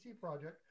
Project